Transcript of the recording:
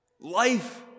Life